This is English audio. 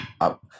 up